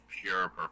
pure